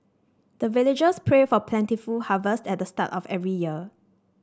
the villagers pray for plentiful harvest at the start of every year